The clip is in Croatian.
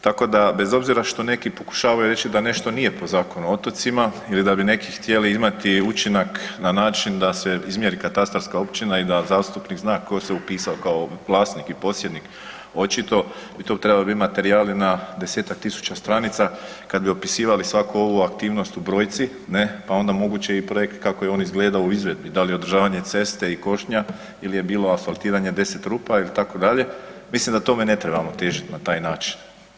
Tako da bez obzira što neki pokušavaju reći da nešto nije po Zakonu o otocima ili da bi neki htjeli imati učinak na način da se izmjeri katastarska općina i da zastupnik zna ko se upisao kao vlasnik i posjednik, očito bi to trebali bit materijali na 10-tak tisuća stranica kad bi opisivali svaku ovu aktivnost u brojci ne, pa onda moguće i projekt kako je on izgledao u izvedbi, da li je održavanje ceste i košnja ili je bilo asfaltiranje 10 rupa itd., mislim da tome ne trebamo težit na taj način.